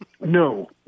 No